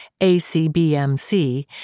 ACBMC